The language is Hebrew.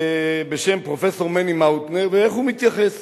בשם פרופסור מני מאוטנר, ואיך הוא מתייחס